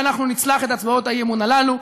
ואנחנו נצלח את הצבעות האי-אמון הללו.